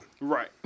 right